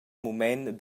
mument